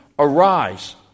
Arise